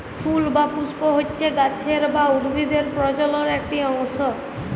ফুল বা পুস্প হচ্যে গাছের বা উদ্ভিদের প্রজলন একটি অংশ